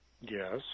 Yes